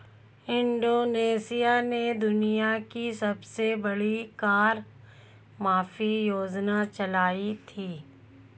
Indonesia ने दुनिया की सबसे बड़ी कर माफी योजना चलाई थी